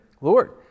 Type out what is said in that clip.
Lord